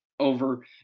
over